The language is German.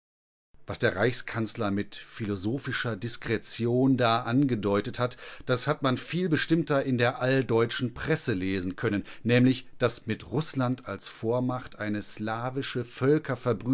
was der reichskanzler mit philosophischer diskretion da angedeutet hat das hat man viel bestimmter in der alldeutschen presse lesen können nämlich daß mit rußland als vormacht eine slavische